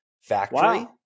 factory